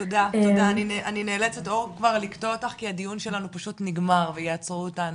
תודה אני נאלצת אור לקטוע אותך כי הדיון שלנו פשוט נגמר ויעצור אותנו.